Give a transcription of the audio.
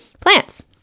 plants